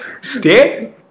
Stay